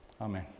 Amen